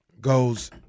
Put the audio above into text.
goes